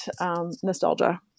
nostalgia